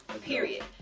period